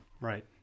right